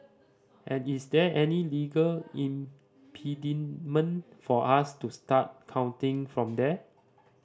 and is there any legal impediment for us to start counting from there